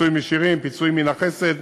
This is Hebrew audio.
פיצויים ישירים, פיצויים מן החסד,